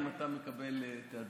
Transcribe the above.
אם אתה מקבל, תעדכן.